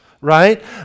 right